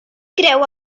creu